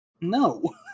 No